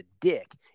dick